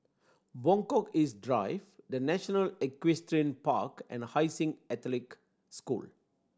Buangkok East Drive The National Equestrian Park and Hai Sing Catholic School